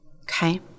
Okay